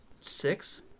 six